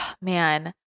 man